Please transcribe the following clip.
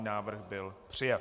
Návrh byl přijat.